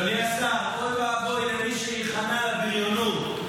אדוני השר, אוי ואבוי למי שייכנע לבריונות.